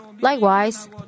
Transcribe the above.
Likewise